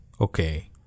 Okay